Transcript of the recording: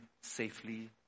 safely